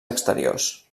exteriors